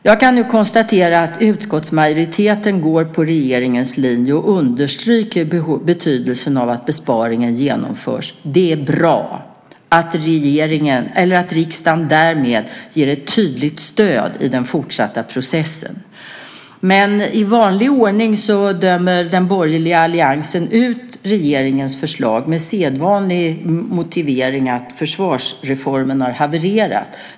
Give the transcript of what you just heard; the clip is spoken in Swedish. Jag kan nu konstatera att utskottsmajoriteten går på regeringens linje och understryker betydelsen av att besparingen genomförs. Det är bra att riksdagen därmed ger regeringen ett tydligt stöd i den fortsatta processen. I vanlig ordning dömer dock den borgerliga alliansen ut regeringens förslag med den sedvanliga motiveringen att försvarsreformen har havererat.